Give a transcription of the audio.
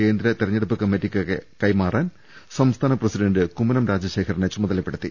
കേന്ദ്ര തിരഞ്ഞെടുപ്പ് കമ്മി റ്റിക്ക് കൈമാറാൻ സംസ്ഥാന പ്രസിഡന്റ് ്കുമ്മനം രാജശേഖരനെ ചുമ തലപ്പെടുത്തി